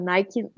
Nike